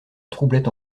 troublaient